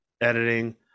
editing